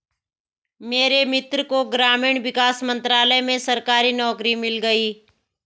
मेरे मित्र को ग्रामीण विकास मंत्रालय में सरकारी नौकरी मिल गई